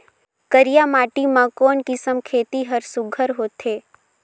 करिया माटी मा कोन किसम खेती हर सुघ्घर होथे?